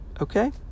Okay